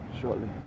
shortly